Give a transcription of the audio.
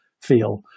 feel